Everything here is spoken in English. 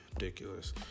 ridiculous